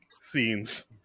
scenes